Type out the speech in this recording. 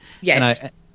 yes